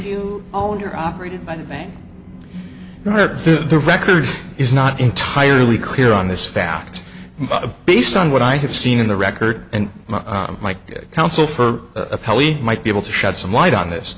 the you own your operated by the bank or the record is not entirely clear on this fact based on what i have seen in the record and my counsel for appellee might be able to shed some light on this